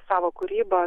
savo kūryba